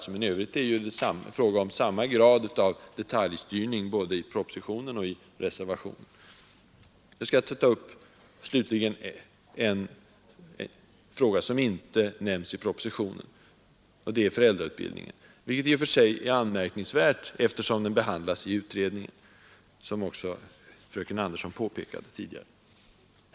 I övrigt är det fråga om samma grad av detaljstyrning i propositionen och i reservationen. Slutligen skall jag ta upp en fråga som inte nämnts i propositionen, nämligen föräldrautbildningen. Det är i och för sig anmärkningsvärt, eftersom den behandlas i utredningen, som fröken Andersson i Stockholm påpekade.